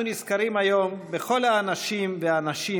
אנחנו נזכרים היום בכל האנשים והנשים